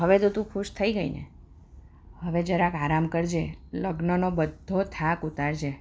હવે તો તું ખુશ થઈ ગઈ ને હવે જરાક આરામ કરજે લગ્નનો બદ્ધો થાક ઉતારજે